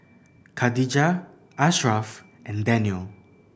Khadija Ashraff and Daniel